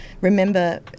remember